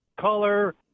color